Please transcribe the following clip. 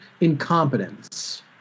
incompetence